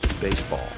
baseball